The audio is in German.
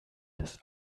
des